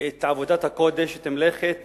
את עבודת הקודש, את מלאכת